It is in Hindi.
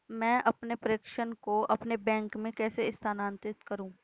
मैं अपने प्रेषण को अपने बैंक में कैसे स्थानांतरित करूँ?